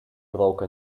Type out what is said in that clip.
broke